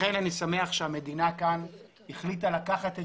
לכן אני שמח שהמדינה החליטה לקחת את